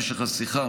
משך השיחה,